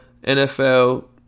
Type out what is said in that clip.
NFL